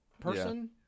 person